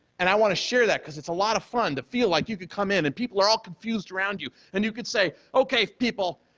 and i want to share that because it's a lot of fun to feel like you can come in and people are all confused around you and you could say, okay people,